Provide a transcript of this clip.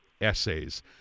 essays